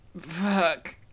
fuck